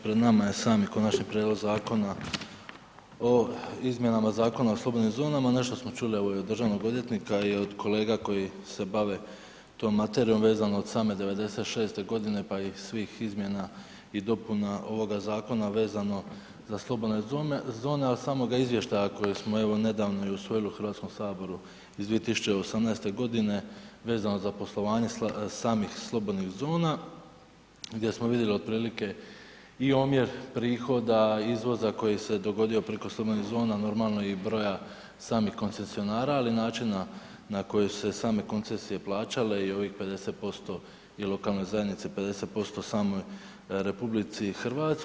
Pred nama je sami Konačni prijedlog Zakona o izmjenama Zakona o slobodnim zonama, nešto smo čuli od državnog tajnika i od kolega koji se bave tom materijom vezano od same '96.godine pa i svih izmjena i dopuna ovoga zakona vezano za slobodne, ali i iz samoga izvještaja koji smo evo nedavno i usvojili u HS-u iz 2018.godine vezano za poslovanje samih slobodnih zona gdje smo vidjeli otprilike i omjer prihoda izvoza koji se dogodio preko slobodnih zona, normalno i broja samih koncesionara, ali i načina na koje su se same koncesije plaćale i ovih 50% lokalne zajednice, 50% samoj RH.